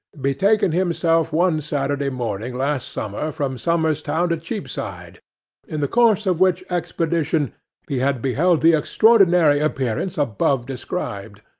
betaken himself one saturday morning last summer from somers town to cheapside in the course of which expedition he had beheld the extraordinary appearance above described.